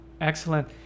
Excellent